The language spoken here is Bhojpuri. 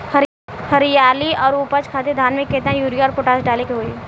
हरियाली और उपज खातिर धान में केतना यूरिया और पोटाश डाले के होई?